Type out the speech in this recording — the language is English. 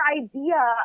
idea